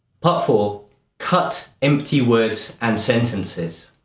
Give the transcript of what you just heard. part four cut empty words and sentences.